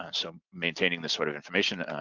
and so maintaining this sort of information,